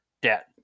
debt